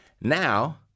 Now